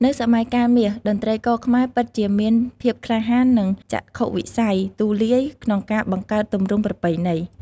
នៅ "សម័យកាលមាស" តន្ត្រីករខ្មែរពិតជាមានភាពក្លាហាន និងចក្ខុវិស័យទូលាយក្នុងការបង្កើតទម្រង់ប្រពៃណី។